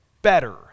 better